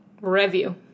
Review